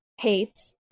hates